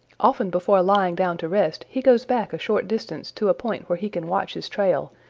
often before lying down to rest he goes back a short distance to a point where he can watch his trail,